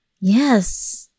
Yes